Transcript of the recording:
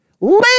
Leave